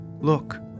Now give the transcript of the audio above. Look